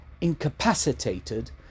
incapacitated